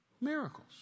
miracles